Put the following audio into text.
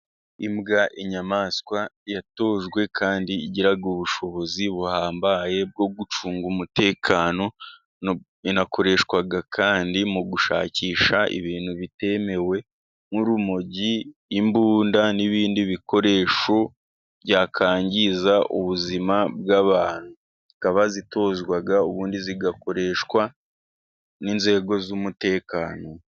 Imbwa inyamaswa yatojwe kandi igira ubushobozi buhambaye bwo gucunga umutekano, inakoreshwa kandi mu gushakisha ibintu bitemewe nk'urumogi, imbunda n'ibindi bikoresho byakwangiza ubuzima bw'abantu, zikaba zitozwa ubundi zikoreshwa n'inzego z'umutekano.